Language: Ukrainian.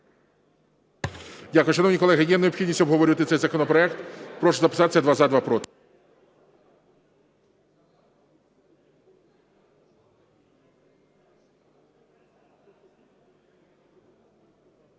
Дякую. Шановні колеги, є необхідність обговорювати цей законопроект? Прошу записатися: два – за, два – проти.